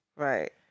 Right